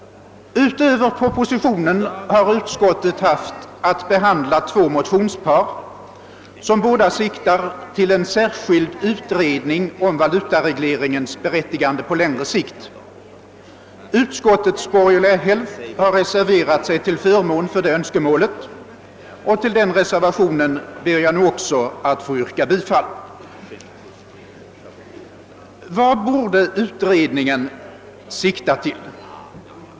Utöver propositionen har bankoutskottet haft att behandla två motionspar, som båda siktar till en särskild utredning om valutaregleringens berättigande på längre sikt. Utskottets borgerliga hälft har reserverat sig till förmån för det önskemålet, och jag ber att få yrka bifall till reservationens hemställan om en sådan utredning. Vad borde utredningen sikta på?